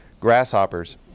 grasshoppers